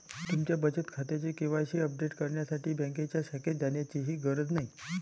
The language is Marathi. तुमच्या बचत खात्याचे के.वाय.सी अपडेट करण्यासाठी बँकेच्या शाखेत जाण्याचीही गरज नाही